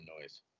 noise